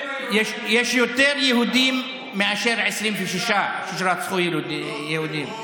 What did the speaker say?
יש יותר יהודים מאשר 26 שרצחו יהודים.